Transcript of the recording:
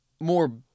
more